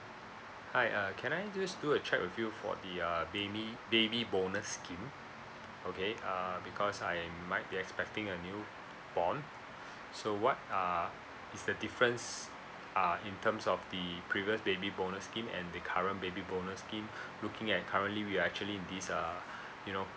hi uh can I just do a check with you for the uh baby baby bonus scheme okay uh because I might be expecting a newborn so what uh is the difference uh in terms of the previous baby bonus scheme and the current baby bonus scheme looking at currently we're actually in this uh you know